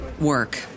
work